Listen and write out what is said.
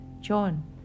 john